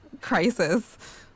crisis